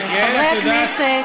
את יודעת,